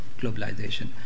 globalization